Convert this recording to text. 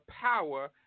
power